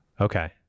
Okay